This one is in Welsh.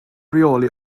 rheoli